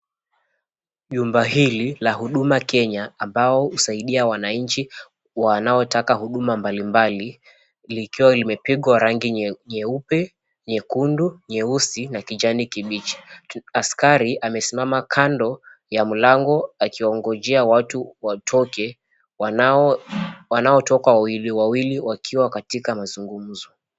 Jumba hili la Huduma Kenya ambao husaidia wananchi wanaotaka huduma mbalimbali likiwa limepigwa rangi nyeupe, nyekundu, nyeusi na kijani kibichi. Askari amesimama kando ya mlango akiwangojea watu watoke wanaotoka wawili wawili wakiwa katika mazungumzo.